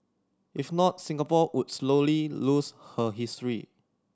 if not Singapore would slowly lose her history